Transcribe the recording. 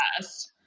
Yes